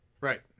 Right